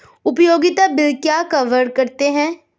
उपयोगिता बिल क्या कवर करते हैं?